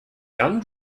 gun